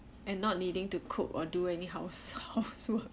and not needing to cook or do any house housework